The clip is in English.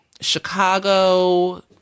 Chicago